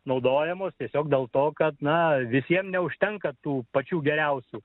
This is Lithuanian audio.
naudojamos tiesiog dėl to kad na visiems neužtenka tų pačių geriausių